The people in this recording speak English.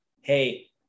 hey